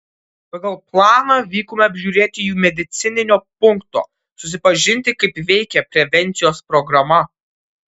pagal planą vykome apžiūrėti jų medicininio punkto susipažinti kaip veikia prevencijos programa